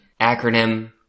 acronym